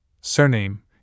Surname